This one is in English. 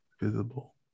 visible